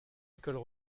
écoles